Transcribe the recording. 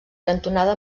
cantonada